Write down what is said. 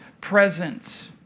presence